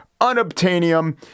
unobtainium